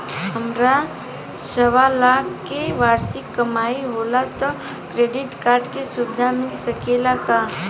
हमार सवालाख के वार्षिक कमाई होला त क्रेडिट कार्ड के सुविधा मिल सकेला का?